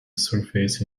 surface